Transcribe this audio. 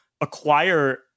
acquire